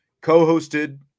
co-hosted